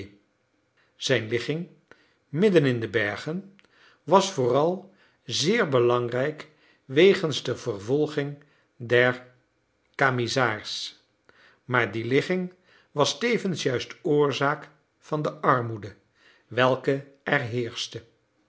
zijn ligging midden in de bergen was vooral zeer belangrijk wegens de vervolging der camisards maar die ligging was tevens juist oorzaak van de armoede welke er heerschte